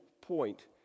point